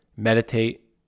Meditate